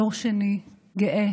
דור שני גאה